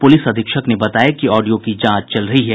प्रलिस अधीक्षक ने बताया कि ऑडियो की जांच चल रही है